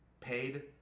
Paid